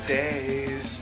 days